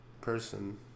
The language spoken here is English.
person